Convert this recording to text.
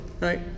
right